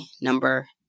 number